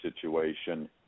situation